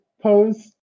pose